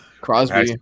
Crosby